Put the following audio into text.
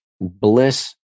bliss